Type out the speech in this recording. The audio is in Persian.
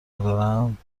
دارند